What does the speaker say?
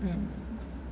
mm